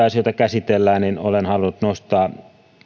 asioita käsitellään olen halunnut nostaa